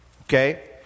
Okay